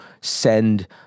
send